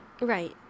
right